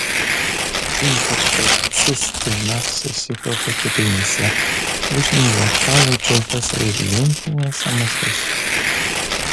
ypač daug cistino susikaupia kepenyse blužnyje kaulų čiulpuose ir limfiniuose mazguose